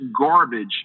garbage